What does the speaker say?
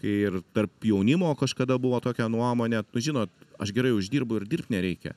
ir tarp jaunimo kažkada buvo tokia nuomonė žinot aš gerai uždirbu ir dirbt nereikia